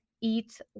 eat